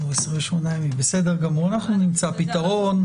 אנחנו נמצא פתרון.